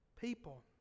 people